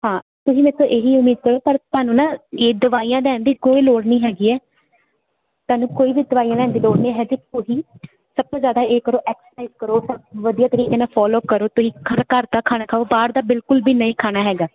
ਹਾਂ ਤੁਸੀਂ ਬਸ ਇਹੀ ਉਮੀਦ ਕਰੋ ਤੁਹਾਨੂੰ ਨਾ ਇਹ ਦਵਾਈਆਂ ਲੈਣ ਦੀ ਕੋਈ ਲੋੜ ਨਹੀਂ ਹੈਗੀ ਐ ਤੁਹਾਨੂੰ ਕੋਈ ਵੀ ਦਵਾਈਆਂ ਲੈਣ ਦੀ ਲੋੜ ਨਹੀਂ ਹੈਗੀ ਕੋਈ ਸਭ ਤੋਂ ਜਿਆਦਾ ਇਹ ਕਰੋ ਐਕਸਰਸਾਈਜ਼ ਕਰੋ ਵਧੀਆ ਤਰੀਕੇ ਨਾਲ ਫੋਲੋ ਕਰੋ ਤੁਸੀਂ ਖੜ ਘਰ ਦਾ ਖਾਣਾ ਖਾਓ ਬਾਹਰ ਦਾ ਬਿਲਕੁਲ ਵੀ ਨਹੀਂ ਖਾਣਾ ਹੈਗਾ